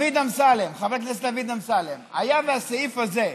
חבר הכנסת דוד אמסלם: היה והסעיף הזה,